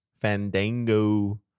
Fandango